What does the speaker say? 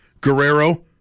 Guerrero